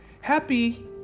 Happy